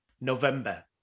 November